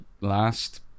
last